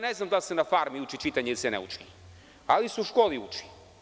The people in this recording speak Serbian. Ne znam da li se na farmi uči čitanje ili se ne uči, ali se u školi uči.